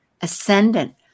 ascendant